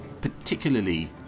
particularly